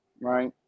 right